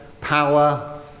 power